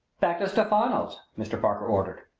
back to stephano's! mr. parker ordered.